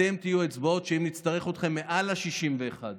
אתם תהיו האצבעות, אם נצטרך אתכם מעל ל-61.